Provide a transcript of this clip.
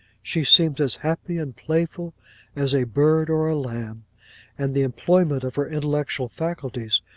she seems as happy and playful as a bird or a lamb and the employment of her intellectual faculties,